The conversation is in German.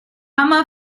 hammer